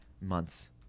months